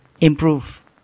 improve